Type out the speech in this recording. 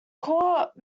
court